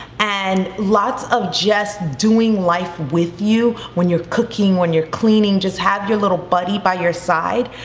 and lots of just doing life with you, when you're cooking, when you're cleaning, just have your little buddy by your side.